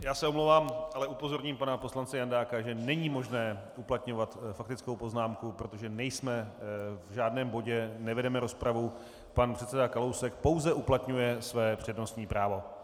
Já se omlouvám, ale upozorním pana poslance Jandáka, že není možné uplatňovat faktickou poznámku, protože nejsme v žádném bodě, nevedeme rozpravu, pan předseda Kalousek pouze uplatňuje své přednostní právo.